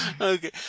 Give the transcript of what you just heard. Okay